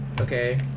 Okay